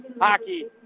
hockey